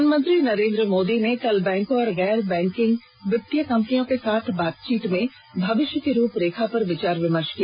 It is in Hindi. प्रधानमंत्री नरेंद्र मोदी ने कल बैंकों और गैर बैंकिंग वित्तीय कंपनियों के साथ बातचीत मे भविष्य की रूप रेखा पर विचार विमर्श किया